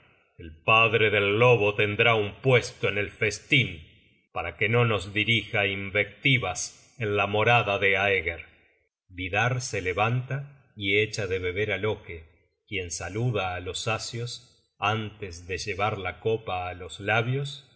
el padre del lobo tendrá un puesto en el festin para que no nos dirija invectivas en la morada de aeger vidarr se levanta y echa de beber á loke quien salada á los asios antes de llevar la copa á los labios